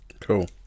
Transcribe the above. Cool